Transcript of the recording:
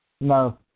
No